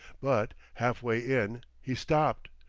but, half-way in, he stopped,